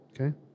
Okay